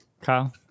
Kyle